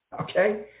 okay